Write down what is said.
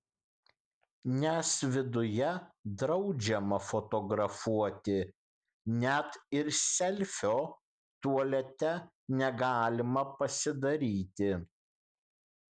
nes viduje draudžiama fotografuoti net ir selfio tualete negalima pasidaryti